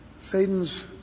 Satan's